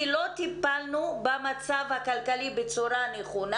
כי לא טיפלנו במצב הכלכלי בצורה נכונה.